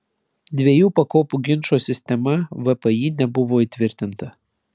dviejų pakopų ginčo sistema vpį nebuvo įtvirtinta